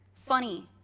funny,